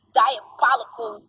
diabolical